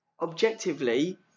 Objectively